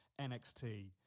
NXT